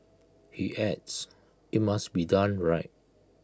he adds IT must be done right